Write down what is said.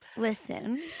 listen